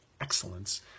Excellence